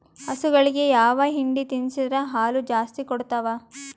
ಹಸುಗಳಿಗೆ ಯಾವ ಹಿಂಡಿ ತಿನ್ಸಿದರ ಹಾಲು ಜಾಸ್ತಿ ಕೊಡತಾವಾ?